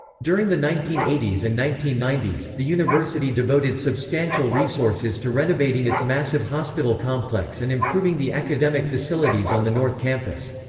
during the nineteen eighty s and nineteen ninety s, the university devoted substantial resources to renovating its massive hospital complex and improving the academic facilities on the north campus.